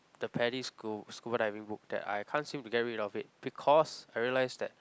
the Padi's scu~ scuba diving book that I can't seem to get rid of it because I realise that